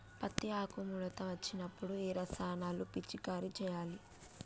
పత్తి ఆకు ముడత వచ్చినప్పుడు ఏ రసాయనాలు పిచికారీ చేయాలి?